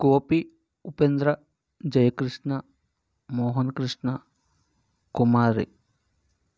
Gopi Upendra Jayakrishna Mohankrishna Kumari